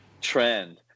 trend